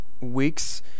Weeks